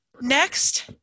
Next